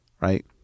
right